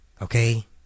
Okay